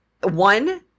one –